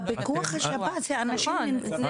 בפיקוח השב"ס אנשים --- נכון.